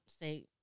say